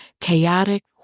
chaotic